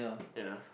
ya